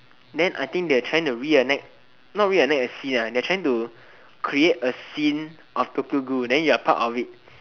then I think they are trying to reenact not reenact a scene ah they're trying to create a scene of Tokyo-Ghoul then you are part of it